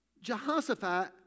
Jehoshaphat